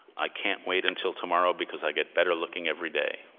i can't wait until tomorrow because i get better-looking every day.